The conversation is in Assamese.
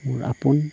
মোৰ আপোন